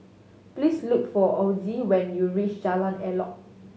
please look for Ozie when you reach Jalan Elok